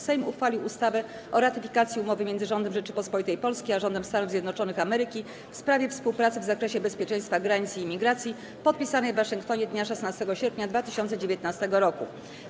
Sejm uchwalił ustawę o ratyfikacji Umowy między Rządem Rzeczypospolitej Polskiej a Rządem Stanów Zjednoczonych Ameryki w sprawie współpracy w zakresie bezpieczeństwa granic i imigracji, podpisanej w Waszyngtonie dnia 16 sierpnia 2019 r.